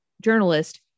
journalist